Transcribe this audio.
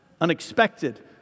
unexpected